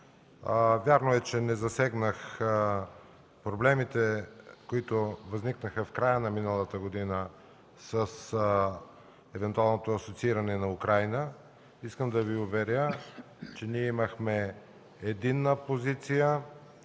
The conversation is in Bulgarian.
Вярно е, че не засегнах проблемите, които възникнаха в края на миналата година с евентуалното асоцииране на Украйна. Искам да Ви уверя, че ние имахме единна позиция